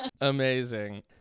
Amazing